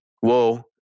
Whoa